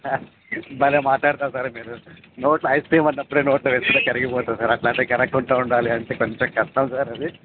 sir భలే మాట్లాడతారు sir మీరు నోట్లో ఐస్ క్రీమ్ ఉన్నప్పుడు నోట్లో వేసుకుంటే కరిగిపోతుంది సార్ అట్లా అంటే కరగకుండా ఉండాలంటే కొంచెం కష్టం సార్ అది